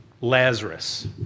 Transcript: Lazarus